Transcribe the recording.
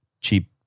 Cheap